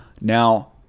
Now